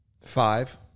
Five